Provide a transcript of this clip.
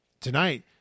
tonight